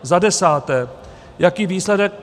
Za desáté: Jaký výsledek...